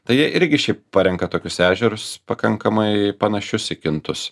tai jie irgi šiaip parenka tokius ežerus pakankamai panašius į kintus